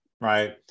right